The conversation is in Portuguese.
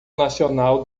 nacional